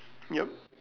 yup